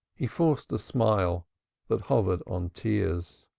he forced a smile that hovered on tears.